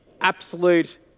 absolute